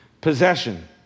possession